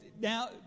Now